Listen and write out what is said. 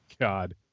god